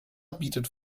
bietet